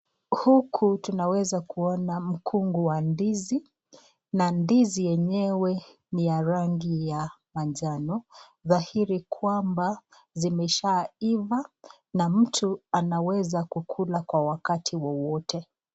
Huku tunaweza kuona mkungu wa ndizi na ndizi enyewe ni ya rangi ya manjano, dhahiri kwamba zimeshaiva na mtu anaweza kukula kwa wakati wowote.